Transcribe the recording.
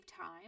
time